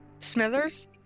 Smithers